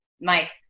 Mike